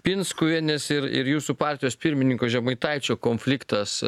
pinskuvienės ir ir jūsų partijos pirmininko žemaitaičio konfliktas